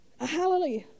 Hallelujah